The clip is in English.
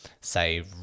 say